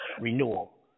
Renewal